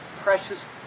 precious